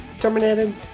Terminated